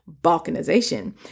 Balkanization